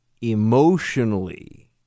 emotionally